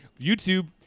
YouTube